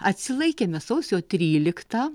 atsilaikėme sausio tryliktą